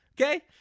okay